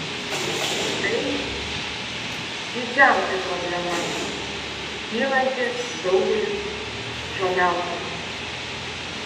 tai didžiausia problema kylanti daugeliui žoliautojų